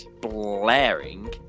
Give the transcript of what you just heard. blaring